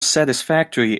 satisfactory